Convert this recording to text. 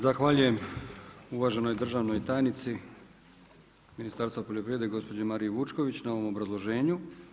Zahvaljujem uvaženoj državnoj tajnici Ministarstva poljoprivrede gospođi Mariji Vučković na ovom obrazloženju.